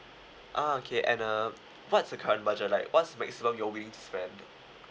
ah okay and uh what's the current budget like what's the maximum you all willing to spend